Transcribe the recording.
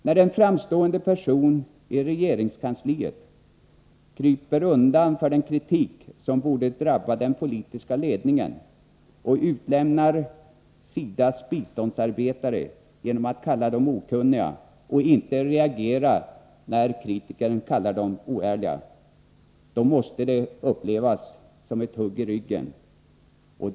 När en framstående person i regeringskansliet kryper undan för kritik som borde drabba den politiska ledningen, utlämnar SIDA:s biståndsarbetare genom att kalla dem okunniga och inte reagerar när kritikern kallar dem oärliga, måste det upplevas som ett hugg i ryggen.